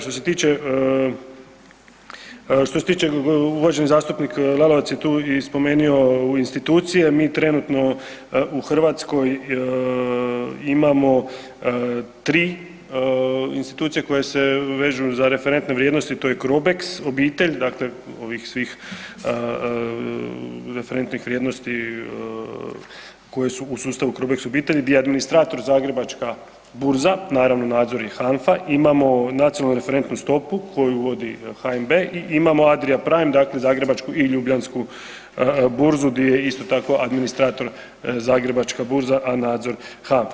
Što je, što se tiče, uvaženi zastupnik Lalovac je tu i spomenuo institucije, mi trenutno u Hrvatskoj imamo 3 institucije koje se vežu za referente vrijednosti, to je CROBEX obitelj, dakle ovih svih referentnih vrijednosti koje su u sustavu CROBEX obitelji, di je administrator Zagrebačka burza, naravno, nadzor je HANFA, imamo nacionalnu referentnu stopu koju vodi HNB i imamo ADRIAprime dakle Zagrebačku i Ljubljansku burzu di je isto tako administrator Zagrebačka burza, a nadzor HANFA.